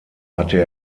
hatte